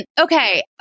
okay